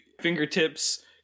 fingertips